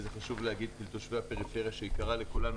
וחשוב להגיד את זה כי לתושבי הפריפריה היקרה לכולנו,